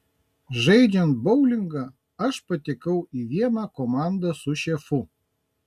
žaidžiant boulingą aš patekau į vieną komandą su šefu